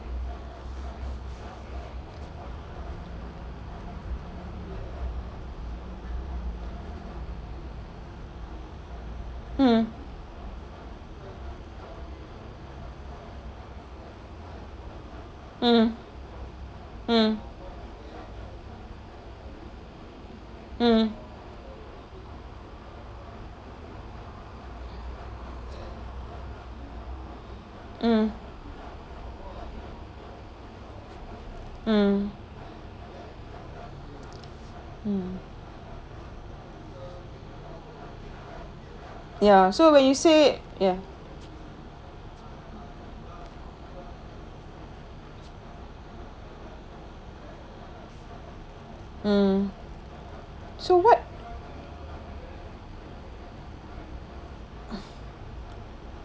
mm mm mm mm mm mm mm ya so when you say ya mm so what